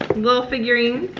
little figurines.